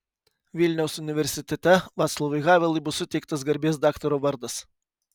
vilniaus universitete vaclavui havelui bus suteiktas garbės daktaro vardas